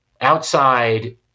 outside